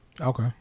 Okay